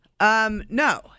No